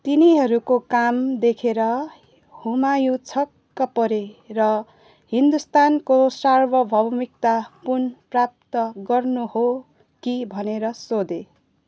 तिनीहरूको काम देखेर हुमायूँ छक्क परे र हिन्दुस्तानको सार्वभौमिकता पुनः प्राप्त गर्नु हो कि भनेर सोधे